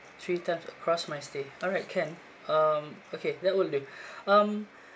three times across my stay alright can um okay that will do um